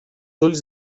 ulls